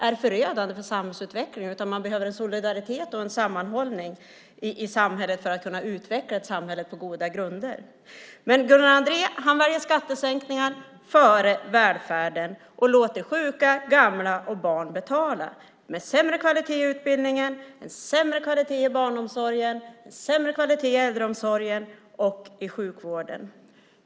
Man behöver i stället en solidaritet och en sammanhållning för att kunna utveckla ett samhälle på goda grunder. Men Gunnar Andrén väljer skattesänkningar före välfärden och låter sjuka, gamla och barn betala med sämre kvalitet i utbildningen, sämre kvalitet i barnomsorgen och sämre kvalitet i äldreomsorgen och i sjukvården.